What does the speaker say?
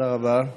תודה רבה,